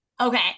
okay